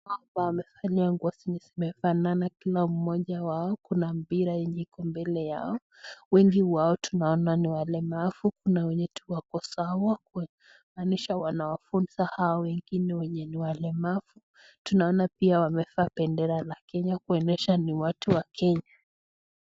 Wamevalia nguo zenye zimefanana. Kila mmoja wao kuna mbila yenye iko mbele yao. Wengi wao tunaona ni walemavu. Kuna wenye tu wako sawa. Inamaanisha wanawafunza hawa wengine wenye ni walemavu. Tunaona pia wamevaa bendera la Kenya kuonyesha ni watu wa Kenya.